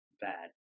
bad